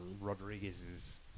Rodriguez's